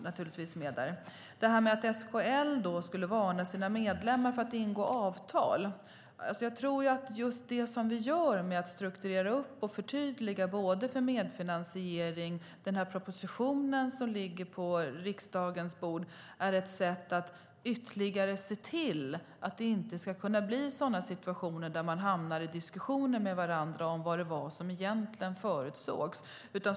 Apropå att SKL skulle varna sina medlemmar för att ingå avtal tror jag att det som vi gör när vi strukturerar upp och förtydligar medfinansieringen i den proposition som ligger på riksdagen är ett sätt att ytterligare se till att det inte ska kunna bli situationer där man hamnar i diskussioner med varandra om vad det var som egentligen förutsågs.